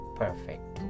perfect